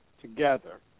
Together